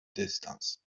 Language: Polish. dystans